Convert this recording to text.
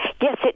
Yes